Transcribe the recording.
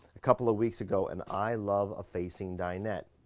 a couple of weeks ago, and i love a facing dinette.